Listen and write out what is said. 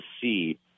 see